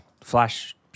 flash